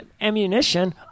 ammunition